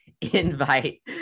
Invite